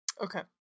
Okay